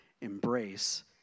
embrace